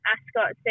Ascot